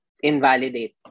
invalidate